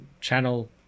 channel